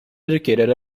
educated